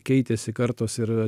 keitėsi kartos ir